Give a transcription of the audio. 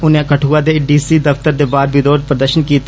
उनें कठुआ दे D C दफ्तर दे बाहर विरोध प्रदर्षन कीता